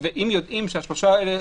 ואם יודעים שה-3%